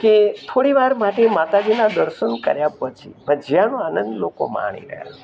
કે થોડીવાર માટે માતાજીનાં દર્શન કર્યાં પછી ભજીયાંનો આનંદ લોકો માણી રહ્યાં છે